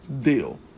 Deal